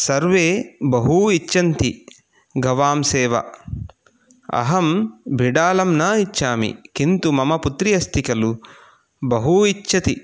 सर्वे बहु इच्छन्ति गवां सेवा अहं विडालं न इच्छामि किन्तु मम पुत्री अस्ति खलु बहु इच्छति